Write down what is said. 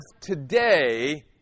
today